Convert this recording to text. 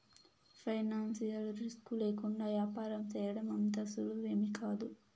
financial risk లేకుండా యాపారం సేయడం అంత సులువేమీకాదు